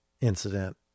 incident